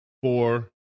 four